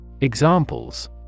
Examples